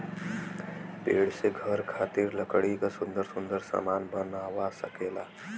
पेड़ से घरे खातिर लकड़ी क सुन्दर सुन्दर सामन बनवा सकेला